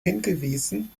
hingewiesen